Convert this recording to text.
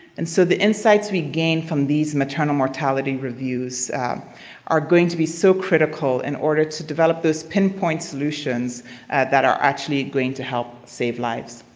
and so the insights we gain from these maternal mortality reviews are going to be so critical in order to develop those pinpoint solutions that are actually going to help save lives.